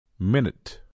minute